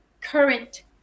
current